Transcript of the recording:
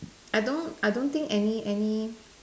I don't I don't think any any